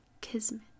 Kismet